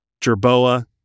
Jerboa